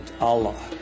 Allah